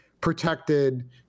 protected